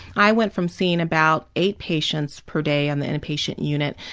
i went from seeing about eight patients per day in the in-patient unit,